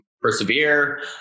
persevere